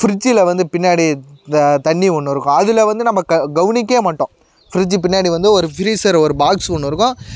ஃப்ரிஜ்ஜில் வந்து பின்னாடி இந்த தண்ணி ஒன்று இருக்கும் அதில் வந்து நம்ம க கவனிக்கயே மாட்டோம் ஃப்ரிட்ஜ்ஜு பின்னாடி வந்து ஒரு ஃப்ரீசர் ஒரு பாக்ஸ் ஒன்று இருக்கும்